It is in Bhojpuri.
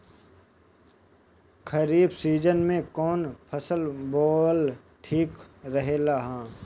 खरीफ़ सीजन में कौन फसल बोअल ठिक रहेला ह?